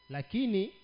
Lakini